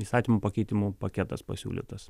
įstatymų pakeitimų paketas pasiūlytas